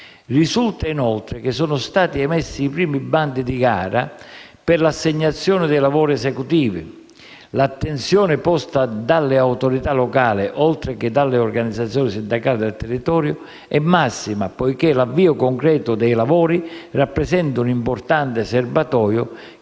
Risulta, inoltre, che sono stati emessi i primi bandi di gara per l'assegnazione dei lavori esecutivi. L'attenzione posta dalle autorità locali, oltre che dalle organizzazioni sindacali del territorio, è massima poiché l'avvio concreto dei lavori rappresenta un importante serbatoio